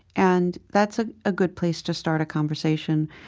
and that's ah a good place to start a conversation.